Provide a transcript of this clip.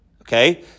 Okay